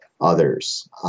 others